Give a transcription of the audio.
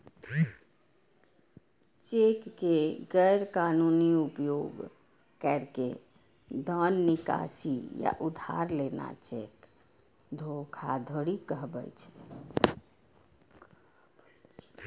cheque के गैर कानूनी उपयोग कैर के धन निकासी या उधार लेना चेक धोखाधड़ी कहाबै छै